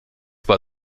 war